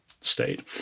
state